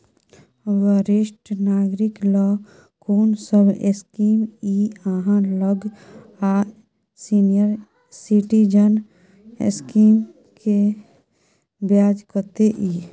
वरिष्ठ नागरिक ल कोन सब स्कीम इ आहाँ लग आ सीनियर सिटीजन स्कीम के ब्याज कत्ते इ?